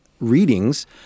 Readings